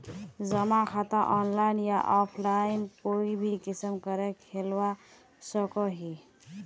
जमा खाता ऑनलाइन या ऑफलाइन कोई भी किसम करे खोलवा सकोहो ही?